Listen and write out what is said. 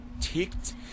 ticked